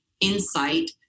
insight